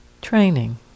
training